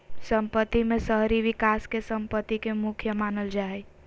सम्पत्ति में शहरी विकास के सम्पत्ति के मुख्य मानल जा हइ